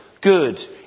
good